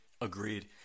Agreed